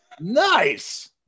Nice